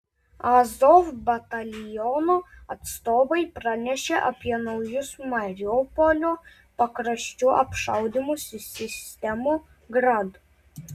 azov bataliono atstovai pranešė apie naujus mariupolio pakraščių apšaudymus iš sistemų grad